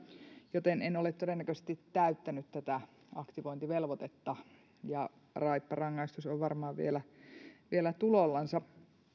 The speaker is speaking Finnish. joten en ole todennäköisesti täyttänyt tätä aktivointivelvoitetta ja raipparangaistus on varmaan vielä vielä tulollansa